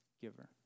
giver